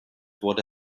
wurde